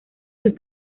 sus